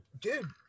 dude